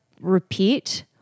repeat